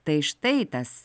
tai štai tas